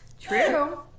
True